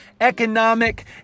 economic